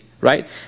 right